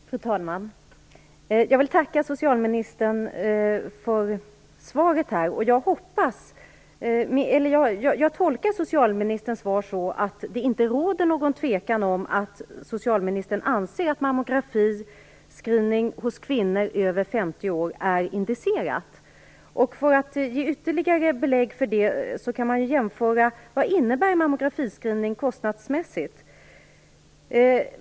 Fru talman! Jag vill tacka socialministern för svaren. Jag tolkar socialministerns svar så att det inte råder någon tvekan om att socialministern anser att mammografiscreening hos kvinnor över 50 år är indicerad. För att ge ytterligare belägg för det kan man se vad mammografiscreening innebär kostnadsmässigt.